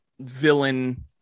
villain